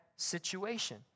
situation